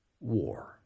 war